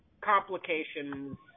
complications